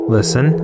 Listen